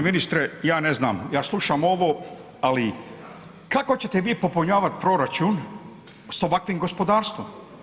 G. ministre ja ne znam, ja slušam ovo ali kako ćete vi popunjavati proračun s ovakvim gospodarstvom.